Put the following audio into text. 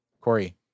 Corey